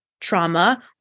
Trauma